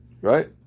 Right